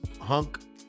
hunk